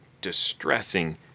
distressing